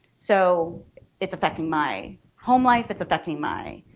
so it's affecting my home life it's affecting my